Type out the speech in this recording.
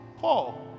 Paul